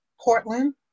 Portland